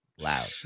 loud